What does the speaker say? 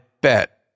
bet